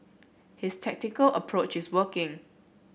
his tactical approach is working